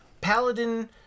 paladin